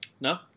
No